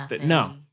No